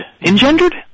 Engendered